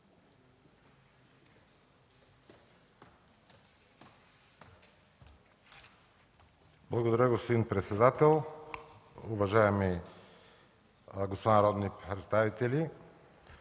Благодаря, господин председател. Уважаеми господа народни представители,